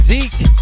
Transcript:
Zeke